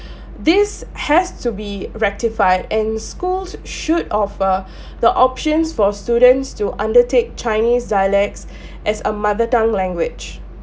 this has to be rectified and schools should offer the options for students to undertake chinese dialects as a mother tongue language